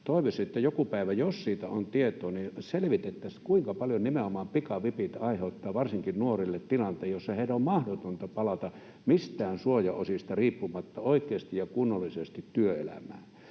toivoisin, että joku päivä, jos siitä on tietoa, selvitettäisiin, kuinka paljon nimenomaan pikavipit aiheuttavat varsinkin nuorille tilanteen, jossa heidän on mahdotonta palata mistään suojaosista riippumatta oikeasti ja kunnollisesti työelämään.